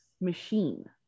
machine